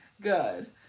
Good